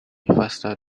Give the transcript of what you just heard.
faster